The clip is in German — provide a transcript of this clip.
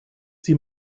sie